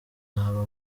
haba